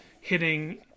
hitting